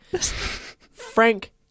Frank